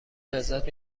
لذت